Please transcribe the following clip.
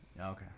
Okay